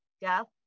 death